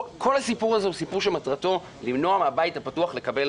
כל הסיפור הזה הוא סיפור שמטרתו למנוע מהבית הפתוח לקבל